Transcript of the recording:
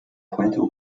puerto